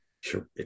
sure